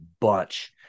bunch